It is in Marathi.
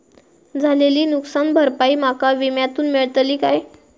झालेली नुकसान भरपाई माका विम्यातून मेळतली काय?